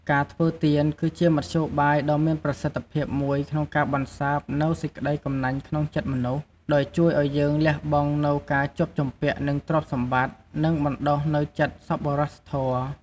ការធ្វើទាន គឺជាមធ្យោបាយដ៏មានប្រសិទ្ធភាពមួយក្នុងការបន្សាបនូវសេចក្តីកំណាញ់ក្នុងចិត្តមនុស្ស ដោយជួយឲ្យយើងលះបង់នូវការជាប់ជំពាក់នឹងទ្រព្យសម្បត្តិ និងបណ្ដុះនូវចិត្តសប្បុរសធម៌។